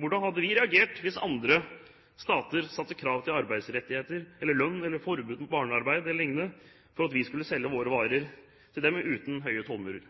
Hvordan hadde vi reagert hvis andre stater satte krav til arbeidsrettigheter, lønn, forbud mot barnearbeid e.l. for at vi skulle selge våre varer til dem uten høye tollmurer?